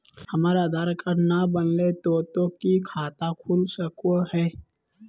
हमर आधार कार्ड न बनलै तो तो की खाता खुल सको है?